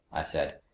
i said,